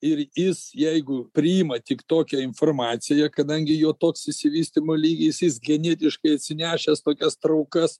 ir jis jeigu priima tik tokią informaciją kadangi jo toks išsivystymo lygis jis genetiškai atsinešęs tokias traukas